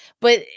but-